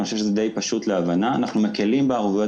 ואני חושב שהוא די פשוט להבנה: אנחנו מקלים בערבויות